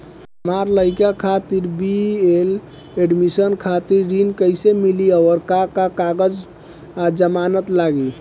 हमार लइका खातिर बी.ए एडमिशन खातिर ऋण कइसे मिली और का का कागज आ जमानत लागी?